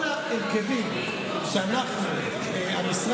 כל ההרכבים שהמשרד,